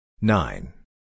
Nine